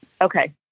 okay